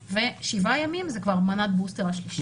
ושבעה ימים זה כבר מנת הבוסטר השלישית.